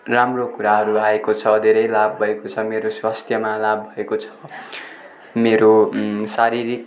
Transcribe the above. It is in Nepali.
राम्रो कुराहरू आएको छ धेरै लाभ भएको छ मेरो स्वास्थ्यमा लाभ भएको छ मेरो शारीरिक